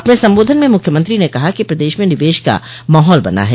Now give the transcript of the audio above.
अपने संबोधन में मुख्यमंत्री ने कहा कि प्रदेश में निवेश का माहौल बना है